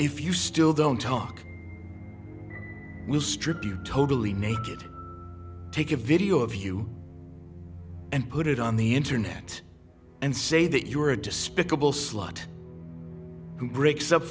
if you still don't talk we strip you totally naked take a video of you and put it on the internet and say that you are a despicable slot who breaks up